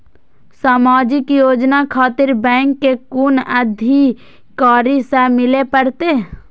समाजिक योजना खातिर बैंक के कुन अधिकारी स मिले परतें?